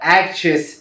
actress